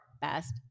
Best